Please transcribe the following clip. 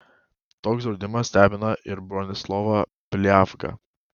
toks draudimas stebina ir bronislovą pliavgą